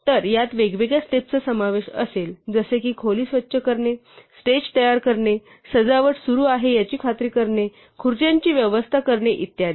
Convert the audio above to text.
तर यात वेगवेगळ्या स्टेप्सचा समावेश असेल जसे की खोली स्वच्छ करणे स्टेज तयार करणे सजावट सुरू आहे याची खात्री करणे खुर्च्यांची व्यवस्था करणे इत्यादी